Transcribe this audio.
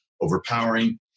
overpowering